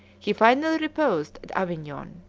he finally reposed at avignon,